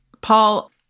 Paul